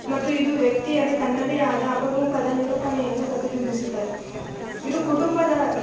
ಮತ್ತು ಇದು ವ್ಯಕ್ತಿಯಲ್ಲಿ ತನ್ನದೇ ಆದ ಅಪರೂಪದ ನಿರೂಪಣೆಯನ್ನು ಪ್ರತಿಬಿಂಬಿಸುತ್ತದೆ ಇದು ಕುಟುಂಬದ